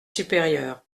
supérieur